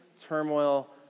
turmoil